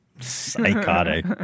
Psychotic